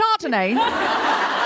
Chardonnay